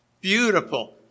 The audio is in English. Beautiful